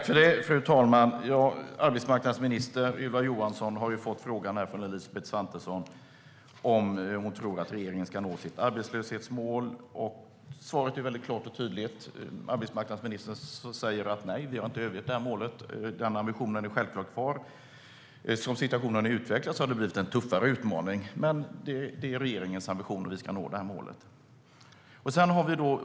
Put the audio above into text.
Fru talman! Arbetsmarknadsminister Ylva Johansson har av Elisabeth Svantesson fått frågan om hon tror att regeringen ska nå sitt arbetslöshetsmål. Arbetsmarknadsministern säger klart och tydligt att regeringen inte har övergett det målet. Den ambitionen är självklart kvar. Som situationen har utvecklats har det blivit en tuffare utmaning, men det är regeringens ambition att nå det målet.